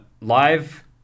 live